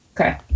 okay